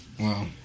Wow